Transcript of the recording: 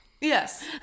Yes